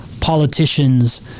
politicians